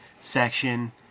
section